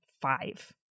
five